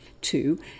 Two